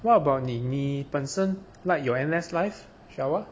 what about 你你本身 like your N_S life shower